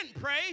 pray